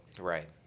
Right